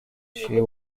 she